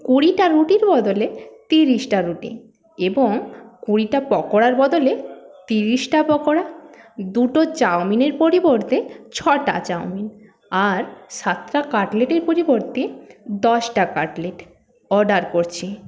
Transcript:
কুড়িটা রুটির বদলে তিরিশটা রুটি এবং কুড়িটা পকোড়ার বদলে তিরিশটা পকোড়া দুটো চাউমিনের পরিবর্তে ছটা চাউমিন আর সাতটা কাটলেটের পরিবর্তে দশটা কাটলেট অর্ডার করছি